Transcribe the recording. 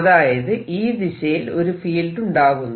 അതായത് ഈ ദിശയിൽ ഒരു ഫീൽഡ് ഉണ്ടാകുന്നു